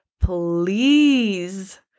please